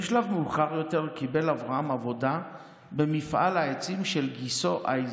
בשלב מאוחר יותר קיבל אברהם עבודה במפעל העצים של גיסו אייזיק,